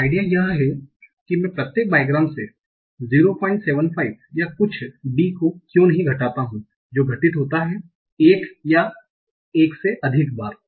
तो आइडिया यह है कि मैं प्रत्येक बाइग्राम से 075 या कुछ डी को क्यों नहीं घटाता हूं जो घटित होता है एक या अधिक बार